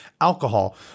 alcohol